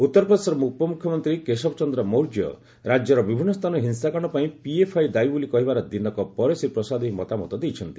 ଉତ୍ତର ପ୍ରଦେଶର ଉପମୁଖ୍ୟମନ୍ତ୍ରୀ କେଶବ ଚନ୍ଦ୍ର ମୌର୍ଯ୍ୟ ରାଜ୍ୟର ବିଭିନ୍ନ ସ୍ଥାନରେ ହିଂସାକାଣ୍ଡପାଇଁ ପିଏଫ୍ଆଇ ଦାୟୀ ବୋଲି କହିବାର ଦିନକ ପରେ ଶ୍ରୀ ପ୍ରସାଦ ଏହି ମତାମତ ଦେଇଛନ୍ତି